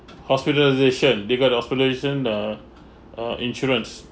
hospitalisation they got the hospitalisation uh uh insurance